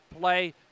play